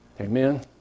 Amen